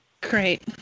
Great